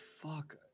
fuck